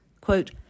quote